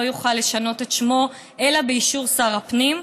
יוכל לשנות את שמו אלא באישור שר הפנים,